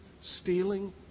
stealing